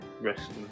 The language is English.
rest